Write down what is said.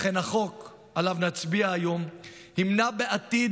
לכן החוק שעליו נצביע היום ימנע בעתיד